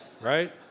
Right